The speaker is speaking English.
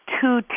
two